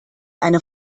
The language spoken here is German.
eine